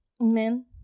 amen